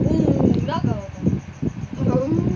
पिंकी के पापा ने शादी में दो करोड़ रुपए खर्च किए